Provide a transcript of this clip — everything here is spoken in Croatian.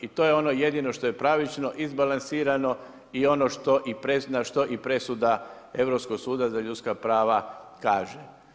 I to je ono jedino što je pravično izbalansirano i ono što i presuda Europskog suda za ljudska prava kaže.